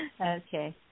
Okay